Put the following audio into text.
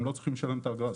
הם לא צריכים לשלם את האגרה.